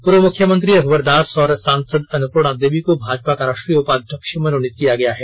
पूर्व मुख्यमंत्री रघवर दास और सांसद अन्नपूर्णा देवी को भाजपा का राष्ट्रीय उपाध्यक्ष मनोनित किया गया है